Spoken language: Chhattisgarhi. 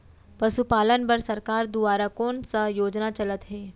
पशुपालन बर सरकार दुवारा कोन स योजना चलत हे?